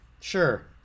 Sure